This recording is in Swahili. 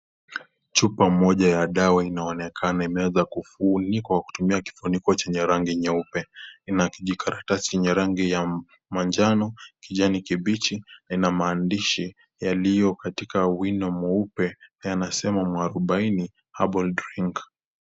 Chupa moja ya dawa inaonekana imeweza kufuli kwa kutumia kifuniko chenye rangi nyeupe. Ina kijikaratasi ya rangi ya manjano ,kijani kibichi na ina maandishi yaliyo katika wimo mweupe inayosema mwarubaini herbal drink.